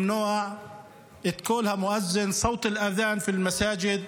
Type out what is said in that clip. למנוע את קול המואזין (אומר בערבית: ).